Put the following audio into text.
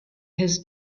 his